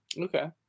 Okay